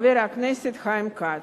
חבר הכנסת חיים כץ.